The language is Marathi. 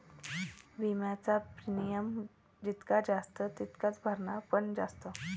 विम्याचा प्रीमियम जितका जास्त तितकाच भरणा पण जास्त